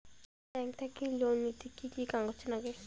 Bank থাকি loan নিতে কি কি কাগজ নাগে?